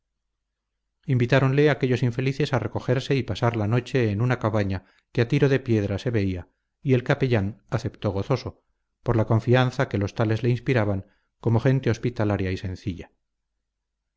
invitáronle aquellos infelices a recogerse y pasar la noche en una cabaña que a tiro de piedra se veía y el capellán aceptó gozoso por la confianza que los tales les inspiraban como gente hospitalaria y sencilla